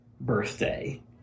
birthday